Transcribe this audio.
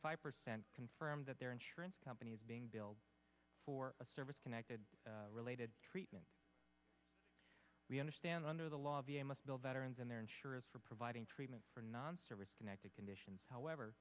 five percent confirm that their insurance company is being billed for a service connected related treatment we understand under the law v a must bill veterans and their insurers for providing treatment for non serious connected conditions however